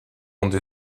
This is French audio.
monde